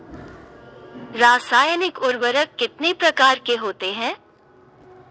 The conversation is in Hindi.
रासायनिक उर्वरक कितने प्रकार के होते हैं?